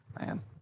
Man